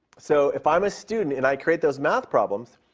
so if i'm a student and i create those math problems,